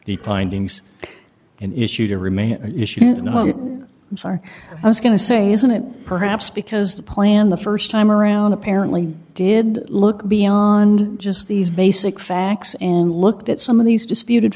the findings an issue to remain an issue i'm sorry i was going to say isn't it perhaps because the plan the st time around apparently did look beyond just these basic facts and looked at some of these disputed